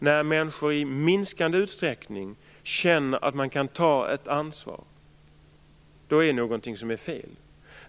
När människor i minskande utsträckning känner att de kan ta ett ansvar, är det någonting som är fel.